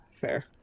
fair